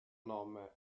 nome